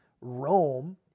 Rome